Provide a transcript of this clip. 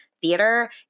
theater